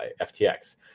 FTX